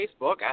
facebook